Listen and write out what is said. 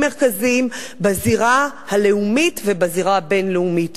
מרכזיים בזירה הלאומית ובזירה הבין-לאומית.